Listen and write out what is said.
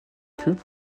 queue